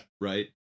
right